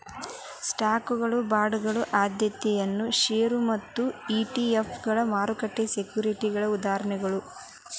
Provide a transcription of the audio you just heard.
ಸ್ಟಾಕ್ಗಳ ಬಾಂಡ್ಗಳ ಆದ್ಯತೆಯ ಷೇರುಗಳ ಮತ್ತ ಇ.ಟಿ.ಎಫ್ಗಳ ಮಾರುಕಟ್ಟೆ ಸೆಕ್ಯುರಿಟಿಗಳ ಉದಾಹರಣೆಗಳ